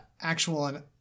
actual